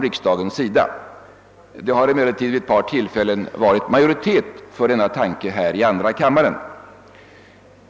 Vid ett par tillfällen har det varit majoritet för denna tanke i andra kammaren.